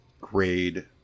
grade